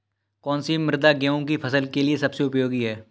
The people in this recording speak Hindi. कौन सी मृदा गेहूँ की फसल के लिए सबसे उपयोगी है?